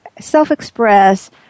self-express